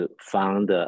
found